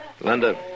Linda